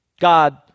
God